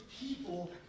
people